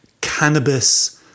cannabis